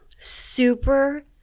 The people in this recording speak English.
super